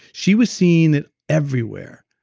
she was seeing it everywhere,